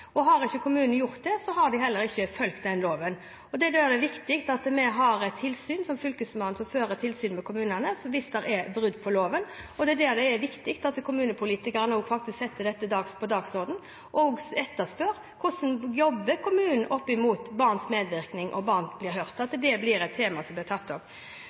Har ikke kommunen gjort det, har de heller ikke fulgt loven. Det er da, hvis det er brudd på loven, det er viktig at vi har et tilsyn, slik som Fylkesmannen, som fører tilsyn med kommunene, og det er da det er viktig at kommunepolitikerne setter dette på dagsordenen og etterspør hvordan kommunen jobber når det gjelder barns medvirkning og om barn blir hørt, at det temaet blir tatt opp.